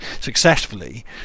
successfully